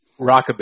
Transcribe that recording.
Rockabilly